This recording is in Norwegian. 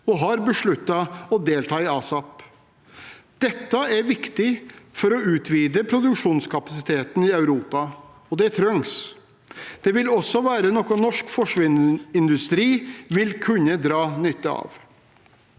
of Ammunition Production. Dette er viktig for å utvide produksjonskapasiteten i Europa, og det trengs. Det vil også være noe norsk forsvarsindustri vil kunne dra nytte av.